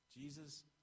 Jesus